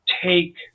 take